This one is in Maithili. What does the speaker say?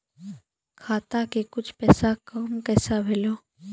खाता के कुछ पैसा काम कैसा भेलौ?